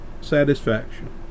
satisfaction